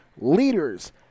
Leaders